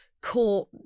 caught